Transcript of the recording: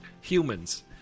humans